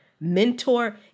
mentor